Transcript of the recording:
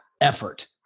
effort